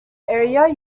area